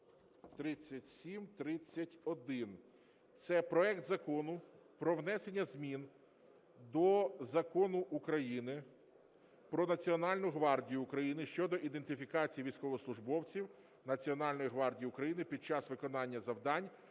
3731, це проект Закону про внесення змін до Закону України "Про Національну гвардію України" (щодо ідентифікації військовослужбовців Національної гвардії України під час виконання завдань